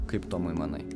kaip tomai manai